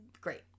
great